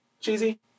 Cheesy